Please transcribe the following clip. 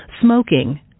smoking